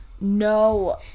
No